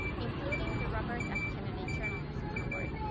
including the robert f. kennedy journalism ah award,